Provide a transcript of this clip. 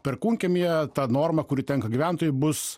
perkūnkiemyje ta norma kuri tenka gyventojui bus